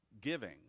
giving